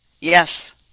yes